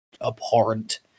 abhorrent